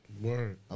Word